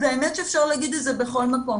האמת שאפשר להגיד את זה בכל מקום,